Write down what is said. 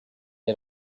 had